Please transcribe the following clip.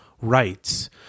rights